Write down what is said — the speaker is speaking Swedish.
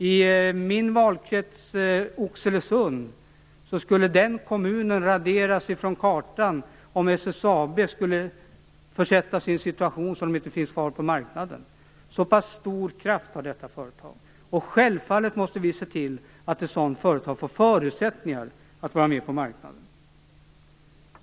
I min valkrets i Oxelösund skulle den kommunen raderas från kartan om SSAB skulle försättas i en sådan situation att det inte finns kvar på marknaden. Så pass stor kraft har detta företag. Självfallet måste vi se till att ett sådan företag får förutsättningar att vara med på marknaden.